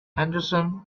henderson